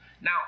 Now